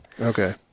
Okay